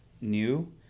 new